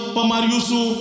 Pamariusu